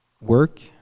work